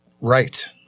right